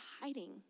hiding